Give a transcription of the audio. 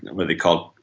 what they call,